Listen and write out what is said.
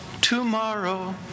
tomorrow